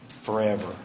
forever